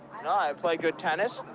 i play good tennis.